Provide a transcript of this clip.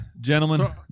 Gentlemen